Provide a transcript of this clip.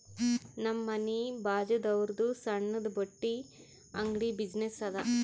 ನಮ್ ಮನಿ ಬಾಜುದಾವ್ರುದ್ ಸಣ್ಣುದ ಬಟ್ಟಿ ಅಂಗಡಿ ಬಿಸಿನ್ನೆಸ್ ಅದಾ